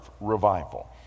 revival